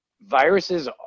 Viruses